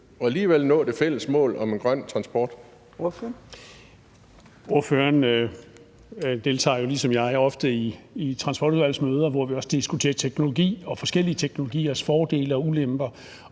Ordføreren. Kl. 13:48 Thomas Jensen (S): Spørgeren deltager jo ligesom jeg ofte i transportudvalgsmøder, hvor vi diskuterer teknologi og forskellige teknologiers fordele og ulemper,